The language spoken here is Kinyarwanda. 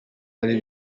ari